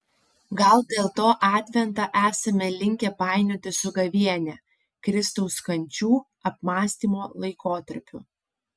gal dėl to adventą esame linkę painioti su gavėnia kristaus kančių apmąstymo laikotarpiu